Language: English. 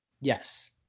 Yes